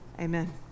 Amen